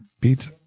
pizza